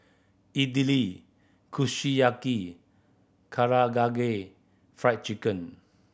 Idili Kushiyaki Karagagay Fried Chicken